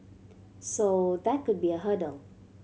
so that could be a hurdle